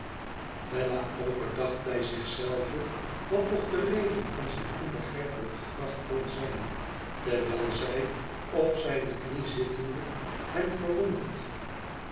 bella overdacht bij zich zelve wat toch de reden van zijn onbegrijpelijk gedrag kon zijn terwijl zij op zijne knie zittende hem verwonderd